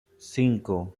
cinco